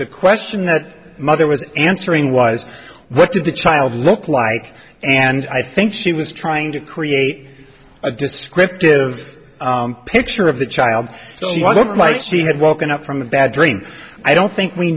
the question that mother was answering was what did the child look like and i think she was trying to create a descriptive picture of the child she was of might she had woken up from a bad dream i don't think we